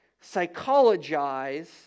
psychologize